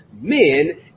men